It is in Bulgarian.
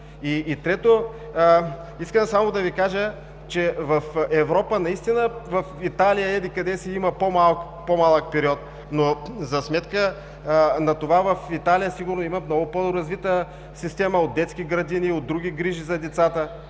Трето, искам само да Ви кажа, че в Европа, наистина в Италия и еди къде си, има по-малък период, но за сметка на това в Италия сигурно имат много по-развита система от детски градини, от други грижи за децата,